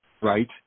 Right